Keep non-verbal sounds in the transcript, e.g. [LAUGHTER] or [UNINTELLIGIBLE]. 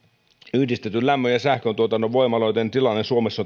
yhdistetyn lämmön ja sähköntuotannon voimaloiden tilanne suomessa [UNINTELLIGIBLE]